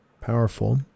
Powerful